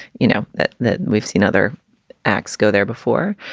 you know, that that we've seen other acts go there before.